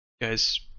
guys